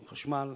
עם חשמל,